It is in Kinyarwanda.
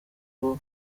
aribo